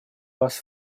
вас